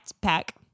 pack